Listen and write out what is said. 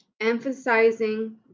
Emphasizing